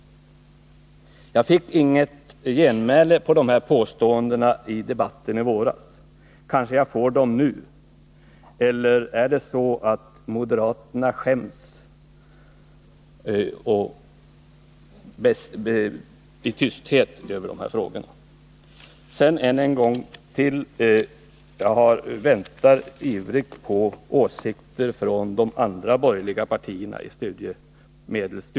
Jag fick inget genmäle på de här påståendena i debatten i våras. Kanske jag får svar nu, eller är det så att moderaterna i tysthet skäms när det gäller de här frågorna? Än en gång vill jag säga att jag i studiestödsfrågorna otåligt väntar på åsikter från de andra borgerliga partiernas sida.